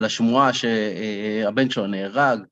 לשמועה שהבן שלו נהרג.